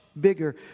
bigger